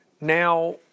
now